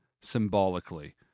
symbolically